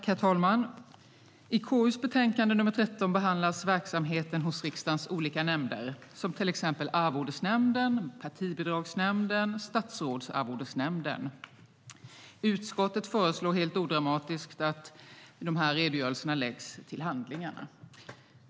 Herr talman! I KU:s betänkande KU13 behandlas verksamheten hos riksdagens olika nämnder, till exempel Riksdagens arvodesnämnd, Partibidragsnämnden och Statsrådsarvodesnämnden. Utskottet föreslår helt odramatiskt att de här verksamhetsredogörelserna läggs till handlingarna.